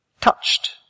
touched